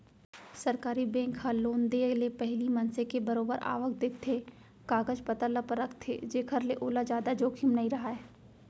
सरकारी बेंक ह लोन देय ले पहिली मनसे के बरोबर आवक देखथे, कागज पतर ल परखथे जेखर ले ओला जादा जोखिम नइ राहय